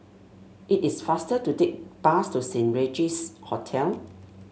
it is faster to take bus to Saint Regis Hotel